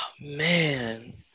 man